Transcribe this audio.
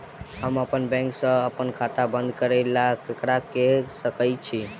हम अप्पन बैंक सऽ अप्पन खाता बंद करै ला ककरा केह सकाई छी?